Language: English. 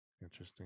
interesting